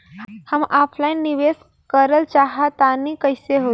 हम ऑफलाइन निवेस करलऽ चाह तनि कइसे होई?